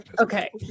Okay